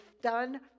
done